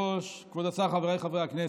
כבוד השר, חבריי חברי הכנסת,